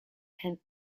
had